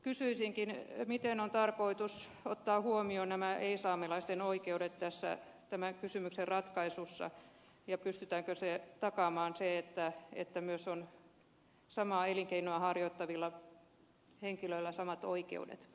kysyisinkin miten on tarkoitus ottaa huomioon nämä ei saamelaisten oikeudet tämän kysymyksen ratkaisussa ja pystytäänkö takaamaan se että samaa elinkeinoa harjoittavilla henkilöillä on myös samat oikeudet